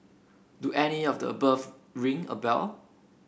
do any of the above ring a bell